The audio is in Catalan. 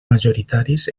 majoritaris